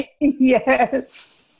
yes